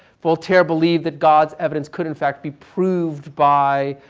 voltaire believed that god's evidence could, in fact, be proved by